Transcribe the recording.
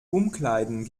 umkleiden